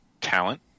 talent